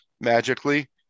magically